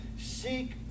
seek